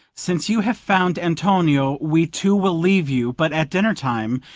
since you have found antonio, we two will leave you but at dinner-time,